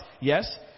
Yes